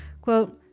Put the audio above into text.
Quote